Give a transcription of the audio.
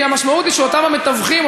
כי המשמעות היא שאותם מתווכים,